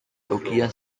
tokia